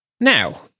Now